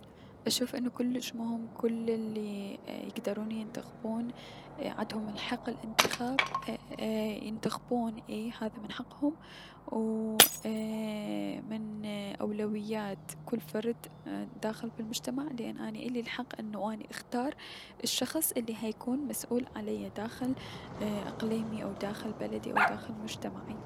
اشوف انو كلش مهم كل الي يكدرون ينتخبون عندهم حق الأنخاب اي- ينتخبون اي هذا من حقهم وو ايي- و من اولويات كل شخص داخل بلمجتمع لأن اني الي الحق اني اختار الشخص الي حيكون مسؤول عليا داخل اقليمي او داخل بلدي او داخل مجتمعي.